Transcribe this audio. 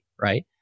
Right